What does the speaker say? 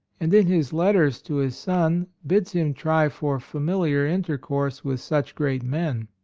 and in his letters to his son bids him try for familiar intercourse with such great men.